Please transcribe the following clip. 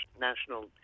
national